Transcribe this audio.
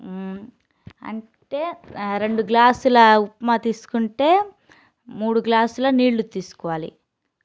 అంటే రెండు గ్లాసుల ఉప్మా తీసుకుంటే మూడు గ్లాసుల నీళ్లు తీసుకోవాలి